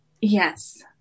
Yes